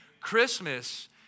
Christmas